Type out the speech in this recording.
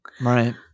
Right